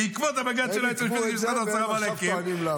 ובעקבות הבג"ץ שלה היועץ המשפטי לממשלה אמר: נעכב,